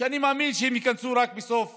שאני מאמין שהם ייכנסו רק בסוף